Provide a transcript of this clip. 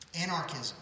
anarchism